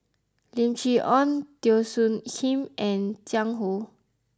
Lim Chee Onn Teo Soon Kim and Jiang Hu